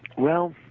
well,